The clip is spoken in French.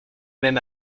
même